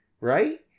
Right